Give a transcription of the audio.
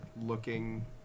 looking